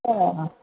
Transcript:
अच्छा